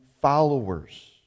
followers